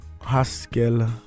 Haskell